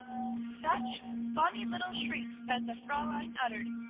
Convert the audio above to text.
such funny little shrieks as the fraulein uttered,